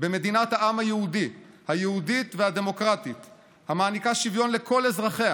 במדינת העם היהודי היהודית והדמוקרטית המעניקה שוויון לכל אזרחיה